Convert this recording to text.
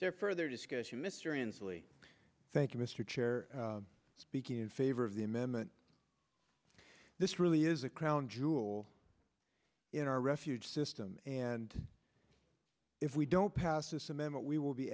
there further discussion mysteriously thank you mr chair speaking in favor of the amendment this really is a crown jewel in our refuge system and if we don't pass this amendment we will be